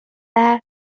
برای